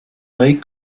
they